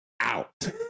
out